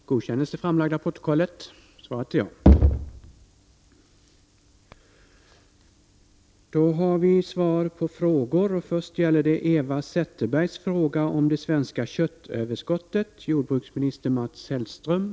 Sverige har denna höst ett enormt överskott på kött. Det borde vara en fullträff för Sveriges konsumenter. per kilo, medan köttpriserna i Sverige ligger kvar på sin höga nivå. Vore det inte rimligt om den svenska befolkningen också fick köpa av detta köttöverskott för 6 kr. per kilo?